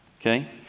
Okay